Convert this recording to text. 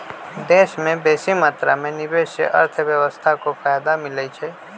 देश में बेशी मात्रा में निवेश से अर्थव्यवस्था को फयदा मिलइ छइ